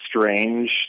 strange